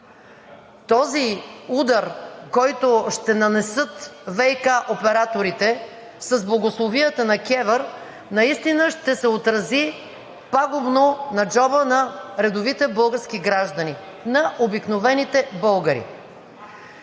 този удар, който ще нанесат ВиК операторите с благословията на КЕВР, наистина ще се отрази пагубно на джоба на редовите български граждани, на обикновените българи.